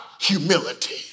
humility